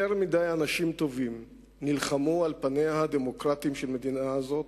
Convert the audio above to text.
יותר מדי אנשים טובים נלחמו על פניה הדמוקרטיים של המדינה הזאת,